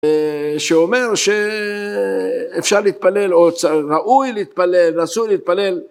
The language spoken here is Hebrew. שאומר שאפשר להתפלל או צ..., ראוי להתפלל, נסוי להתפלל